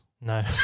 No